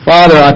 Father